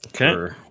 Okay